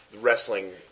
wrestling